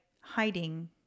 hiding